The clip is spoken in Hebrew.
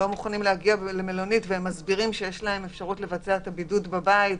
מוכנים ואומרים שיש להם אפשרות לבצע את הבידוד בבית,